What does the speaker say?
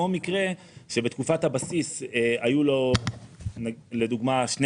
או מקרה שבתקופת הבסיס היו לו לדוגמה שני